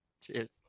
Cheers